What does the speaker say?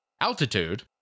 altitude